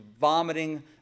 vomiting